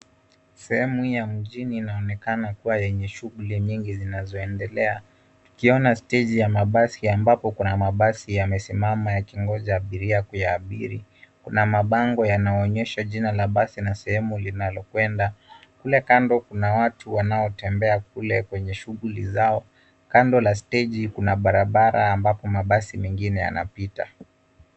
Sehemu hii ya mjini inaonekana kuwa yenye shughuli nyingi zinazoendelea. Ukiona stage ya mabasi ambapo kuna mabasi yamesimama yakingoja abiria kuyaabiri. Kuna mabango yanaonyesha jina la basi na sehemu linalokwenda. Kule kando kuna watu wanaotembea kule kwenye shughuli zao. Kando ya stage hii kuna barabara ambapo mabasi mengine yanapita.